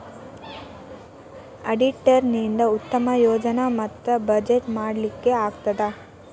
auditor ನಿಂದಾ ಉತ್ತಮ ಯೋಜನೆ ಮತ್ತ ಬಜೆಟ್ ಮಾಡ್ಲಿಕ್ಕೆ ಆಗ್ತದ